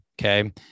Okay